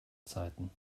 zeiten